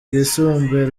rwisumbuye